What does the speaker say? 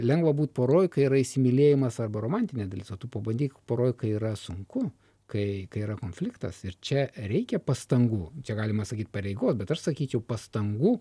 lengva būt poroj kai yra įsimylėjimas arba romantinė dalis o tu pabandyk poroj kai yra sunku kai yra konfliktas ir čia reikia pastangų čia galima sakyt pareigos bet aš sakyčiau pastangų